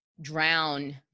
drown